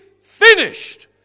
finished